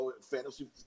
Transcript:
fantasy